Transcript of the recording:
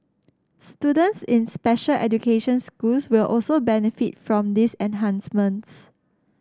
students in special education schools will also benefit from these enhancements